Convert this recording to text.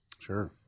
Sure